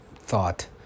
thought